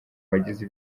wagize